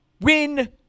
win